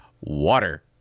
water